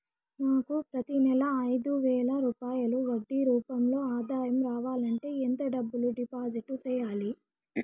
నాకు ప్రతి నెల ఐదు వేల రూపాయలు వడ్డీ రూపం లో ఆదాయం రావాలంటే ఎంత డబ్బులు డిపాజిట్లు సెయ్యాలి?